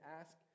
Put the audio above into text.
ask